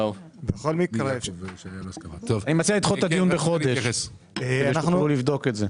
אני מציע לדחות את הדיון בחודש כדי שתוכלו לבדוק את זה.